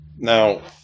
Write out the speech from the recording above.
now